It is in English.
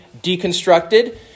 deconstructed